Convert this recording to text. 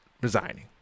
resigning